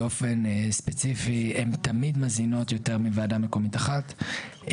באופן ספציפי הם תמיד מזינות יותר מוועדה מקומית אחת,